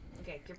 Okay